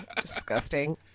Disgusting